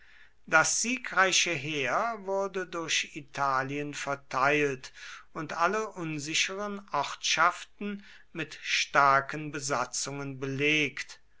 das siegreiche heer wurde durch italien verteilt und alle unsicheren ortschaften mit starken besatzungen belegt